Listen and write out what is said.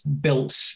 built